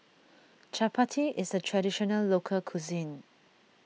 Chapati is a Traditional Local Cuisine